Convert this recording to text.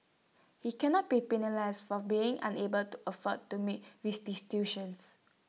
he cannot be penalised for being unable to afford to make restitution